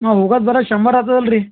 ನಾವು ಹೋಗೋದ್ ಬರೀ ಶಂಬರ್ ಆತದಲ್ ರೀ